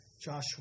Joshua